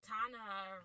Tana